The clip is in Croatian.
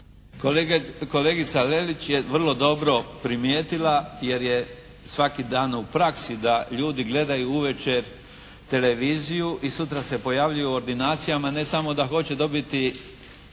Kolegica Lelić je vrlo dobro primijetila jer je svaki dan u praksi da ljudi gledaju uvečer televiziju i sutra se pojavljuju u ordinacijama ne samo da hoće dobiti